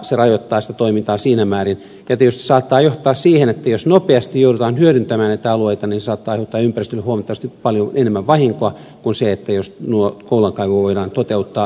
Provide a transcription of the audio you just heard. se rajoittaa sitä toimintaa siinä määrin ja saattaa tietysti johtaa siihen että jos nopeasti joudutaan hyödyntämään näitä alueita se saattaa aiheuttaa ympäristölle huomattavasti paljon enemmän vahinkoa kuin jos tuo kullankaivu voidaan toteuttaa rauhallisesti